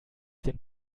den